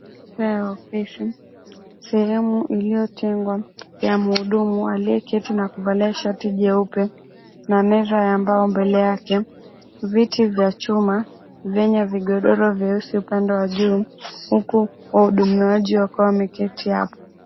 Maeneo ya ofisi, sehemu iliyotengwa ya mhudumu aliyeketi na kuvalia shati jeupe na meza ya mbao mbele yake, viti vya chuma vyenye vigodoro vyeusi upande wa juu huku wahudumiaji wakiwa wameketi hapo.